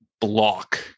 block